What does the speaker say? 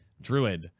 Druid